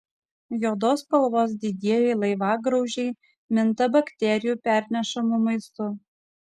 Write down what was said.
juodos spalvos didieji laivagraužiai minta bakterijų pernešamu maistu